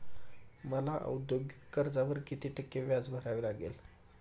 मला औद्योगिक कर्जावर किती टक्के व्याज भरावे लागेल?